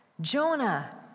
Jonah